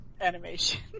animation